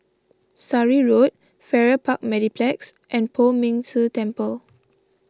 Surrey Road Farrer Park Mediplex and Poh Ming Tse Temple